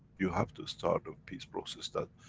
you have to start the peace process that,